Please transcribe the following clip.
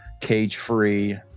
cage-free